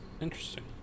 interesting